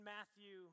Matthew